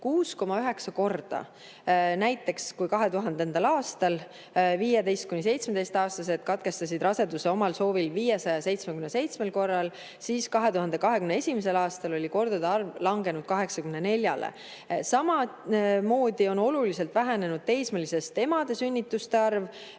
6,9 korda. Näiteks 2000. aastal katkestasid 15–17-aastased raseduse omal soovil 577 korral, aga 2021. aastal oli kordade arv langenud 84-le. Samamoodi on oluliselt vähenenud teismeliste emade sünnituste arv.